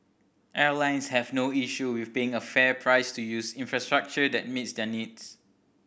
airlines have no issue with paying a fair price to use infrastructure that meets their needs